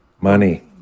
money